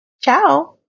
Ciao